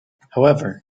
however